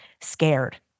scared